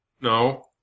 No